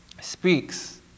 speaks